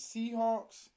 Seahawks